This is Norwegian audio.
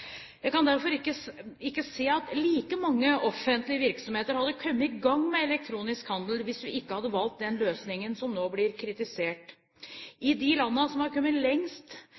Jeg kan derfor ikke se at like mange offentlige virksomheter hadde kommet i gang med elektronisk handel hvis vi ikke hadde hatt valgt den løsningen som nå blir kritisert. I de landene som er kommet lengst